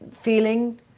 feeling